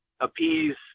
appease